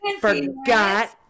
forgot